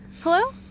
Hello